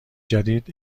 جدید